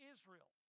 Israel